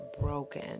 broken